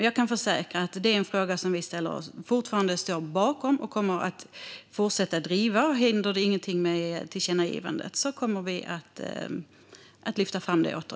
Jag kan försäkra att det är en fråga som vi fortfarande står bakom och kommer att fortsätta driva. Om ingenting händer med tillkännagivandet kommer vi återigen att lyfta fram det.